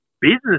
business